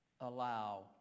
allow